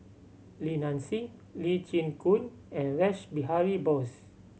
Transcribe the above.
Li Nanxing Lee Chin Koon and Rash Behari Bose